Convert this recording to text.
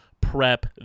prep